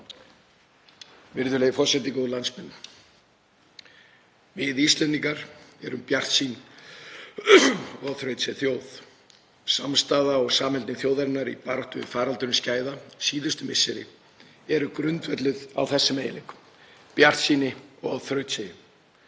Virðulegi forseti. Góðir landsmenn. Við Íslendingar erum bjartsýn og þrautseig þjóð. Samstaða og samheldni þjóðarinnar í baráttu við faraldurinn skæða síðustu misseri er grundvölluð á þessum eiginleikum, bjartsýni og þrautseigju.